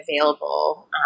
available